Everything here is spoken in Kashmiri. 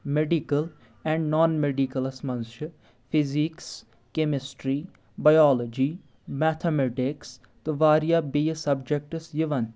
میڈکل اینڈ نان میڈِکلس منٛز چھِ فِزِکس کیمسٹری بیالجی میتھمیٹِکس تہٕ واریاہ بیٚیہِ سبجکٹٕس یِوان